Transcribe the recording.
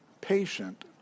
patient